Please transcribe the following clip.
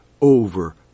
Over